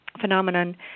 phenomenon